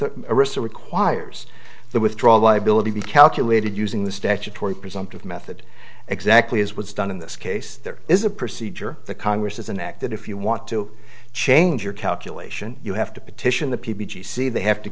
with arista requires the withdrawal liability be calculated using the statutory presumptive method exactly as was done in this case there is a procedure the congress as an act that if you want to change your calculation you have to petition the p b g c they have to